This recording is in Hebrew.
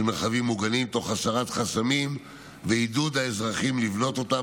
מרחבים מוגנים תוך הסרת חסמים ועידוד האזרחים לבנות אותם.